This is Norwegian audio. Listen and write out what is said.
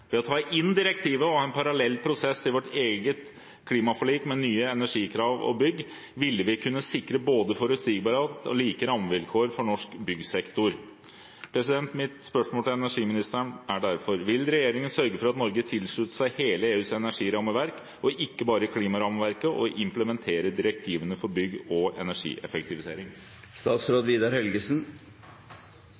Ved å ta inn direktivet og ha en parallell prosess i vårt eget klimaforlik med nye energikrav til bygg ville vi kunne sikre både forutsigbarhet og like rammevilkår for norsk byggsektor. Mitt spørsmål til energiministeren er derfor: Vil regjeringen sørge for at Norge tilslutter seg hele EUs energirammeverk, ikke bare klimarammeverket, og implementere direktivene for bygg og